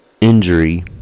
injury